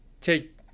take